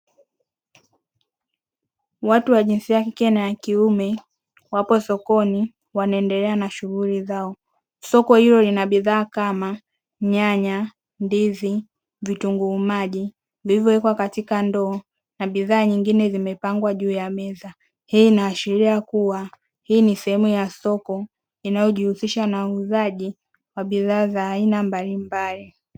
Watu wa jinsia ya kike na ya kiume wapo sokoni wanaendelea na shughuli zao. Soko hilo lina bidhaa kama: nyanya, ndizi, vitunguu maji vilivyowekwa katika ndoo na bidhaa nyingine zimepangwa juu ya meza. Hii inaashiria kuwa hii ni sehemu ya soko, inayojihusisha na uuzaji wa bidhaa za aina mbalimbali.